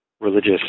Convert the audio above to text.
religious